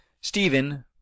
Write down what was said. Stephen